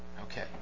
Okay